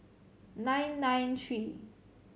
nine nine three